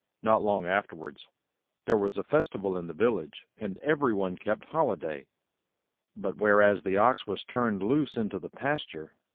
not long afterwards there was a festival in the village and every one kept holiday but, whereas the ox was turned loose into the pasture,